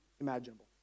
imaginable